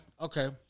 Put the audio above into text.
okay